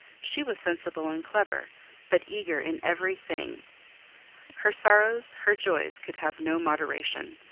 she was sensible and clever but eager in everything her sorrows, her joys, could have no moderation.